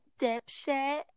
dipshit